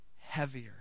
heavier